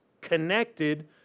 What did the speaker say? connected